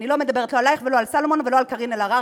אני לא מדברת לא עלייך ולא על סולומון ולא על קארין אלהרר,